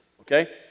Okay